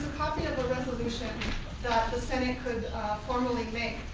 copy of a resolution that the senate could formally make.